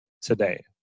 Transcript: today